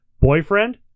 Boyfriend